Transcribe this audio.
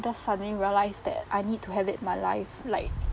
just suddenly realise that I need to have it in my life like